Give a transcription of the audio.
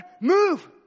move